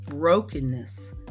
Brokenness